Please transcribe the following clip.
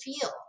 feel